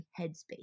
headspace